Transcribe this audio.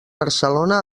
barcelona